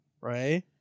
right